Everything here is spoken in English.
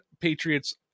Patriots